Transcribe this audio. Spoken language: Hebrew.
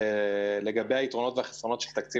לגבי היתרונות והחסרונות של תקציב